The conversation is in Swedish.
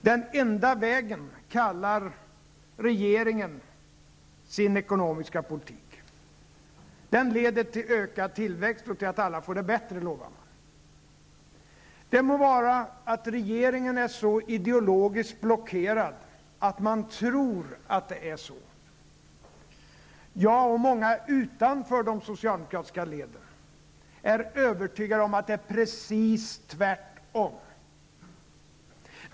''Den enda vägen'' kallar regeringen sin ekonomiska politik. Den leder til ökad tillväxt och till att alla får det bättre, lovar man. Det må vara att regeringen är så ideologiskt blockerad att man tror att det är så. Jag, och många utanför de socialdemokratiska leden, är övertygade om att det är precis tvärtom.